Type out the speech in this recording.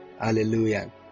Hallelujah